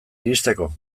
iristeko